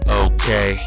okay